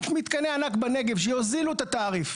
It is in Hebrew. מתקני ענק בנגב שיוזילו את התעריף.